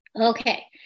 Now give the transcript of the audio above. Okay